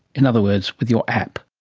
in other words, with your app